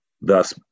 thus